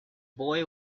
boy